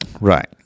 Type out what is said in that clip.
Right